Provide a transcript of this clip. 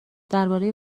درباره